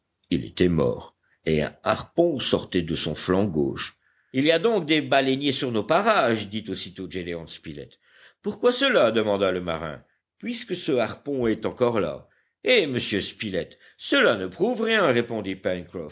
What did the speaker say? il était mort et un harpon sortait de son flanc gauche il y a donc des baleiniers sur nos parages dit aussitôt gédéon spilett pourquoi cela demanda le marin puisque ce harpon est encore là eh monsieur spilett cela ne prouve rien répondit